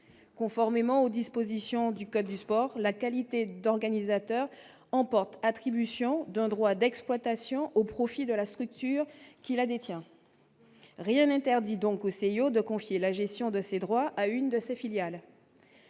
conformément aux dispositions du code du sport, la qualité d'organisateur emporte attribution d'un droit d'exploitation au profit de la structure qui la détient, rien n'interdit donc au CIO de confier la gestion de ces droits à une de ses filiales